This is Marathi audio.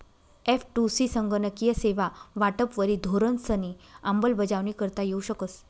एफ.टु.सी संगणकीय सेवा वाटपवरी धोरणंसनी अंमलबजावणी करता येऊ शकस